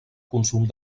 consum